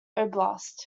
oblast